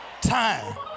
time